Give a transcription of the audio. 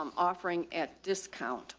um offering at discount,